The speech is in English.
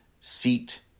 seat